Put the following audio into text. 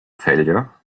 failure